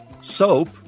Soap